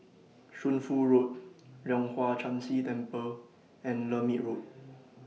Shunfu Road Leong Hwa Chan Si Temple and Lermit Road